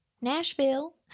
Nashville